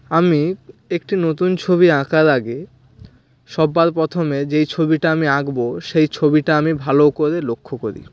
আমি একটি নতুন ছবি আঁকার আগে সব্বার প্রথমে যেই ছবিটা আমি আঁকবো সেই ছবিটা আমি ভালো করে লক্ষ্য করি